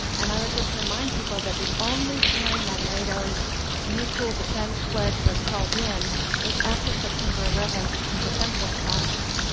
and i would just remind people that the only time that nato's mutual defense pledge was called in was after september eleventh in defense of us,